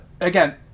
again